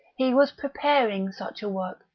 he was preparing such a work.